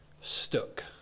stuck